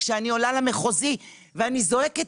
כשאני עולה למחוזי ואני זועקת,